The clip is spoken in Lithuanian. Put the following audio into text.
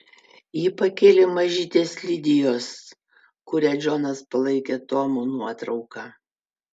ji pakėlė mažytės lidijos kurią džonas palaikė tomu nuotrauką